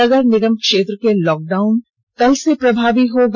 नगर निगम क्षेत्र में लॉक डाउन कल से प्रभावी होगा